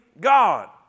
God